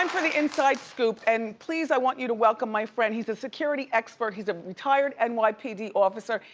and for the inside scoop, and please, i want you to welcome my friend, he's a security expert, he's a retired and nypd officer,